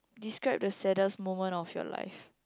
describe the saddest moment of your life